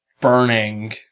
burning